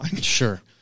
sure